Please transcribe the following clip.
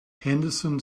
henderson